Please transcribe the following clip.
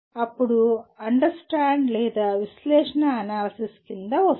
అప్పుడు అది అండర్స్టాండ్ లేదా విశ్లేషణఅనాలసిస్ కింద వస్తుంది